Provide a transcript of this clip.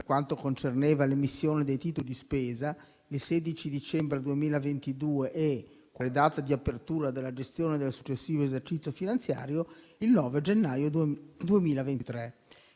quanto concerneva l'emissione dei titoli di spesa, il 16 dicembre 2022 e, quale data di apertura della gestione del successivo esercizio finanziario, il 9 gennaio 2023.